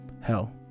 Hell